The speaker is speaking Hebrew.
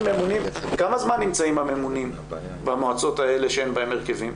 כמה זמן נמצאים הממונים במועצות האלה שאין בהן הרכבים?